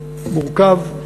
מורכב,